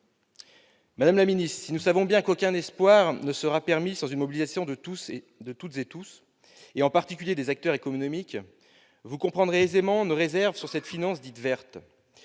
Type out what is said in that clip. Madame la secrétaire d'État, si nous savons bien qu'aucun espoir ne sera permis sans une mobilisation de toutes et tous, en particulier des acteurs économiques, vous comprendrez aisément les réserves que nous inspire cette finance dite « verte